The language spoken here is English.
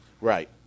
Right